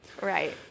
Right